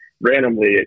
randomly